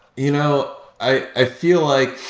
you know i feel like